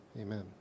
amen